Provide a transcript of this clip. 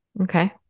Okay